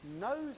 knows